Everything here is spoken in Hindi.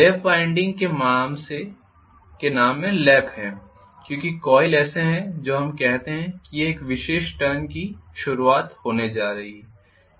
लैप वाइंडिंग के नाम में लैप है क्योंकि कॉइल ऐसे हैं जो हमें कहते हैं कि यह एक विशेष टर्न की शुरुआत होने जा रही है